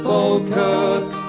Falkirk